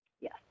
Yes